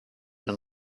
been